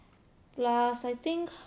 plus I think